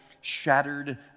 shattered